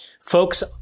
folks